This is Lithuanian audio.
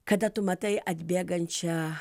kada tu matai atbėgančią